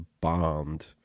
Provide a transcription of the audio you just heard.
bombed